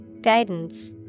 Guidance